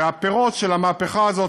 והפירות של המהפכה הזאת,